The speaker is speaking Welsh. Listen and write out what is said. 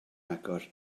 agor